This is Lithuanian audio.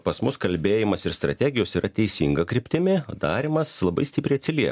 pas mus kalbėjimas ir strategijos yra teisinga kryptimi o darymas labai stipriai atsilieka